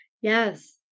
Yes